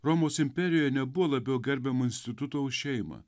romos imperijoj nebuvo labiau gerbiamo instituto už šeimą